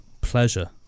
pleasure